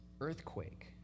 earthquake